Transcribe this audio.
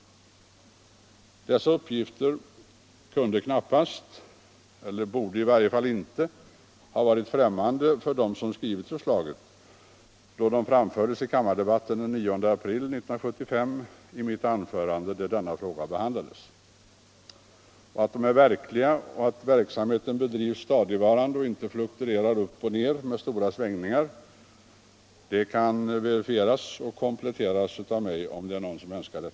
Dessa uppgifter om RIA-verksamhetens omfattning kunde knappast — borde i varje fall inte — ha varit främmande för dem som skrev förslaget, då de framfördes av mig i ett anförande i kammardebatten den 9 april 1975 när denna fråga behandlades. Att uppgifterna är verkliga och att verksamheten bedrivs stadigvarande och inte fluktuerar upp och ner med stora svängningar kan verifieras av mig om någon önskar det.